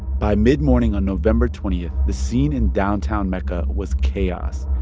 by midmorning on november twenty, the scene in downtown mecca was chaos.